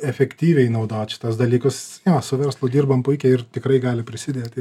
efektyviai naudot šituos dalykus su verslu dirbam puikiai ir tikrai gali prisidėti